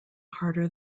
harder